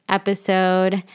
episode